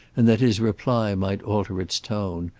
and that his reply might alter its tone,